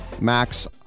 Max